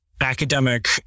academic